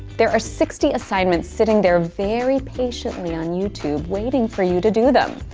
there are sixty assignments sitting there very patiently on youtube waiting for you to do them,